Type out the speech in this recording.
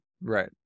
Right